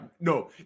no